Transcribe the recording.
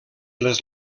les